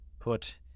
Put